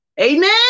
Amen